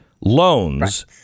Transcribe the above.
loans